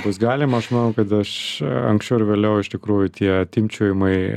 bus galima aš manau kad aš anksčiau ar vėliau iš tikrųjų tie timpčiojimai